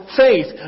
faith